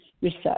research